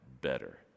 better